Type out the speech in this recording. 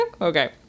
okay